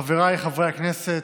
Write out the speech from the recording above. חבריי חברי הכנסת,